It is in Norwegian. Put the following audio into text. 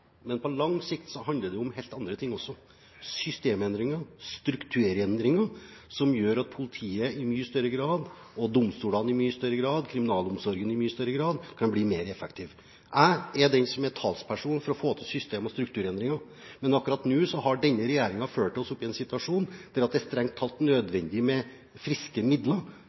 Men på lang sikt handler det om helt andre ting også: systemendringer og strukturendringer som gjør at politiet i mye større grad, domstolene i mye større grad og kriminalomsorgen i mye større grad kan bli mer effektive. Jeg er den som er talsperson for å få til system- og strukturendringer, men akkurat nå har denne regjeringen ført oss opp i en situasjon der det strengt tatt er nødvendig med friske midler